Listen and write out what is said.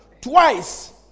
Twice